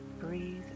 Breathe